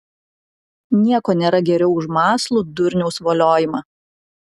nieko nėra geriau už mąslų durniaus voliojimą